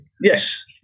Yes